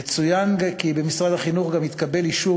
יצוין כי במשרד החינוך גם התקבל אישור